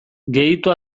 gehitu